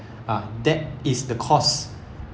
ah that is the cause